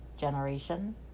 generation